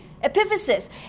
epiphysis